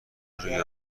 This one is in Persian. روی